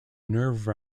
nerve